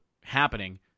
happening